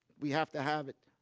we have to have it.